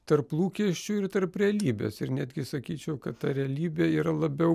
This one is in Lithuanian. tarp lūkesčių ir tarp realybės ir netgi sakyčiau kad ta realybė ir labiau